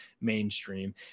mainstream